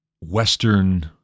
Western